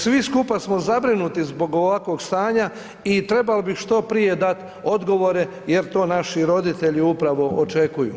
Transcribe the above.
Svi skupa smo zabrinuti zbog ovakvog stanja i trebalo bi što prije dat odgovore jer to naši roditelji upravo očekuju.